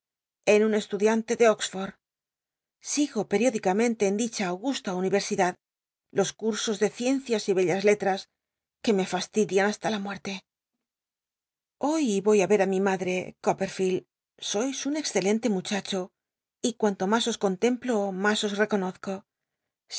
mismo un estudiante de oxfonl sigo periódicamente en dicha augusta universidad los cursos de ciencias y bclhts letras que me fastidian hasta la muerte hoy voy á ver i mi madre copperneld sois un excelente muchacho y cuanto mas os contemplo mas os reconozco